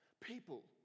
People